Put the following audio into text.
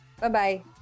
Bye-bye